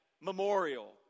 memorial